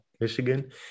michigan